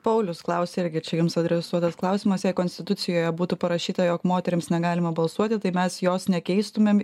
paulius klausia irgi čia jums adresuotas klausimas jei konstitucijoje būtų parašyta jog moterims negalima balsuoti tai mes jos nekeistumėm